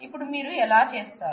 ఇప్పుడు మీరు ఎలా చేస్తారు